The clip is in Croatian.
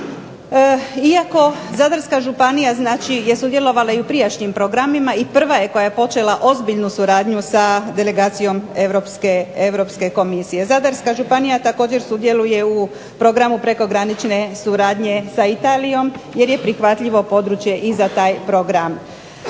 iako zadarska županije je sudjelovala i u prijašnjim programima i prva je koja je počela ozbiljnu suradnju sa delegacijom Europske komisije. Zadarska županija također sudjeluje u programu prekogranične suradnje sa Italijom jer je prihvatljivo područje i za taj program.